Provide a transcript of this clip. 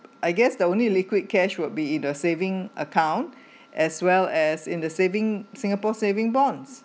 I guess the only liquid cash would be in a saving account as well as in the saving singapore saving bonds